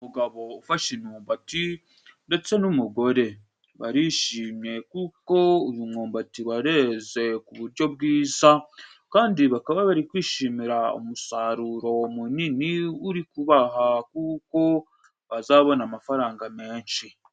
Umugabo ufashe imyumbati ndetse n'umugore, barishimye kuko uyu mwumbati wareze ku buryo bwiza, kandi bakaba bari kwishimira umusaruro munini uri kubaha, kuko bazabona amafaranga menshi.